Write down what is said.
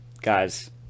guys